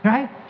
Right